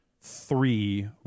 three